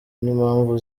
n’impamvu